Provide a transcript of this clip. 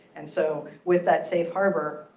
and so with that safe harbor,